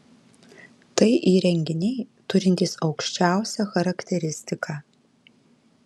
tai įrenginiai turintys aukščiausią charakteristiką